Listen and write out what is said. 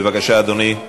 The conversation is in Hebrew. בבקשה, אדוני.